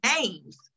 names